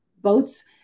boats